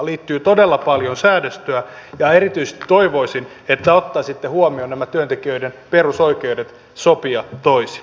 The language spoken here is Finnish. liittyy todella paljon säädöstöä ja erityisesti toivoisin että ottaisitte huomioon nämä työntekijöiden perusoikeudet sopia toisin